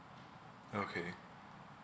okay